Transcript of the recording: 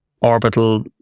orbital